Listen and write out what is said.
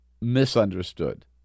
misunderstood